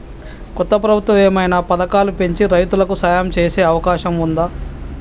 కొత్త ప్రభుత్వం ఏమైనా పథకాలు పెంచి రైతులకు సాయం చేసే అవకాశం ఉందా?